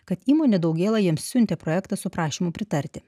kad įmonė daugėla jiems siuntė projektą su prašymu pritarti